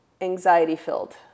anxiety-filled